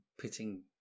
pitting